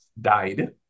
died